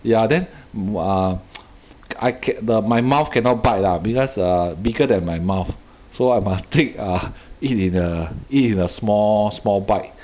ya then w~ ah I ke~ the my mouth cannot bite lah because err bigger than my mouth so I must take err eat in a eat in a small small bite